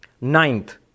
Ninth